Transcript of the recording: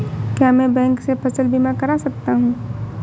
क्या मैं बैंक से फसल बीमा करा सकता हूँ?